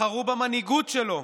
בחרו במנהיגות שלו,